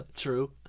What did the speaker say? true